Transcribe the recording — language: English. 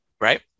right